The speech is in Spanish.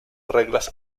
reglas